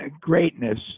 greatness